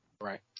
Right